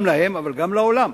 גם להם אבל גם לעולם.